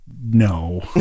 No